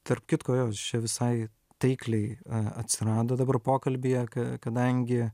tarp kitko jo jis čia visai taikliai a atsirado dabar pokalbyje ka kadangi